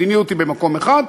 מדיניות היא במקום אחד,